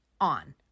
on